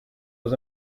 was